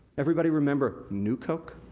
everybody remember new coke,